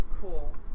Cool